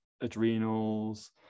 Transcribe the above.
adrenals